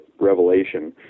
revelation